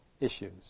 issues